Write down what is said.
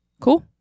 Cool